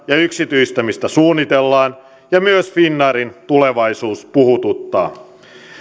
ja yksityistämistä suunnitellaan ja myös finnairin tulevaisuus puhututtaa